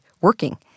working